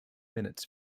minutes